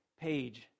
page